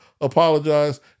apologize